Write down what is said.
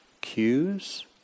cues